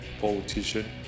politician